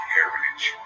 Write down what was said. Heritage